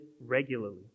regularly